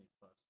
Plus